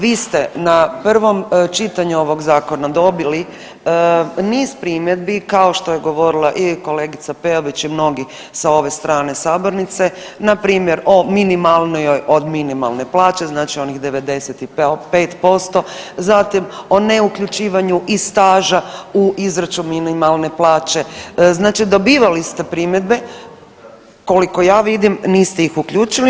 Vi ste na prvom čitanju ovog zakona dobili niz primjedbi kao što je govorila i kolegica Peović i mnogi sa ove strane sabornice npr. o minimalnijoj od minimalne plaće znači onih 95%, zatim o neuključivanju i staža u izračun minimalne plaće, znači dobivali ste primjedbe koliko ja vidim niste ih uključili.